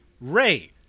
Ray